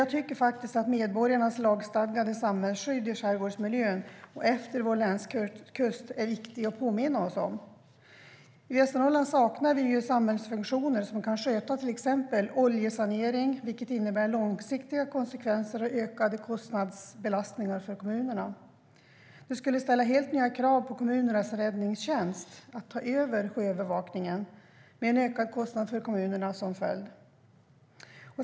Jag tycker faktiskt att medborgarnas lagstadgade samhällsskydd i skärgårdsmiljön och efter vår länskust är viktig att påminna om. I Västernorrland saknar vi samhällsfunktioner som kan sköta till exempel oljesanering, vilket innebär långsiktiga konsekvenser och ökade kostnadsbelastningar på kommunerna. Det skulle ställa helt nya krav på kommunernas räddningstjänst att ta över sjöövervakningen med en ökad kostnad för kommunerna som följd.